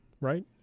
right